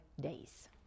days